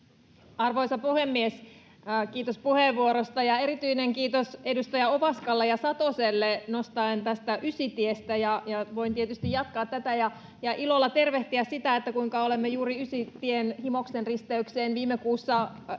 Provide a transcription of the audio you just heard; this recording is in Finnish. Arvoisa puhemies, kiitos puheenvuorosta! Erityinen kiitos edustaja Ovaskalle ja Satoselle Ysitien nostamisesta. Voin tietysti jatkaa tätä ja ilolla tervehtiä sitä, kuinka olemme juuri viime kuussa saaneet